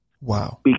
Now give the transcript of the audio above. Wow